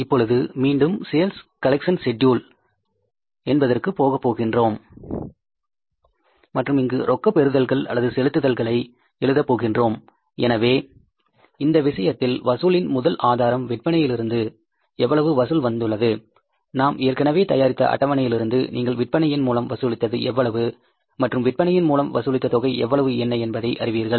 இப்பொழுது மீண்டும் sales collection schedule போகப் போகின்றோம் மற்றும் இங்கு ரொக்க பெறுதல்கள் அல்லது செலுத்துதல்களை எழுதப்போகின்றோம் எனவே இந்த விஷயத்தில் வசூலின் முதல் ஆதாரம் விற்பனையிலிருந்து எவ்வளவு வசூல் வந்துள்ளது நாம் ஏற்கனவே தயாரித்த அட்டவணையிலிருந்து நீங்கள் விற்பனையின் மூலம் வசூலித்தது எவ்வளவு மற்றும் விற்பனையின் மூலம் வசூலித்த தொகை எவ்வளவு என்ன என்பதை அறிவீர்கள்